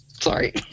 Sorry